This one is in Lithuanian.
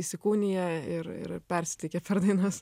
įsikūnija ir ir persiteikia per dainas